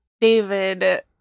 David